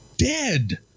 Dead